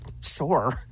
sore